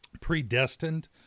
predestined